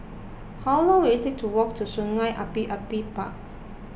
how long will it take to walk to Sungei Api Api Park